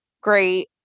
Great